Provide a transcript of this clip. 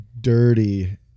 dirty